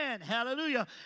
hallelujah